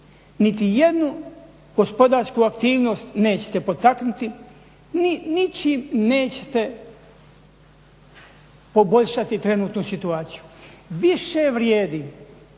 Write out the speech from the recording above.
nitijednu gospodarsku aktivnost nećete potaknuti ni ničim nećete poboljšati trenutnu situaciju. Više vrijedi